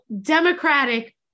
Democratic